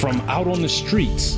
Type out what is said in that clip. from out on the streets